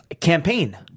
campaign